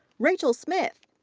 rachel smith.